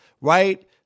right